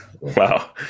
wow